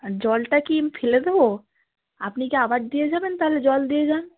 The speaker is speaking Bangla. জলটা কি ফেলে দেবো আপনি কি আবার দিয়ে যাবেন তাহলে জল দিয়ে যান